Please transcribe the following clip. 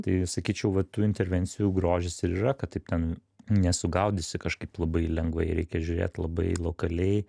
tai sakyčiau va tų intervencijų grožis ir yra kad taip ten nesugaudysi kažkaip labai lengvai reikia žiūrėt labai lokaliai